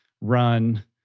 run